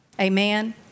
Amen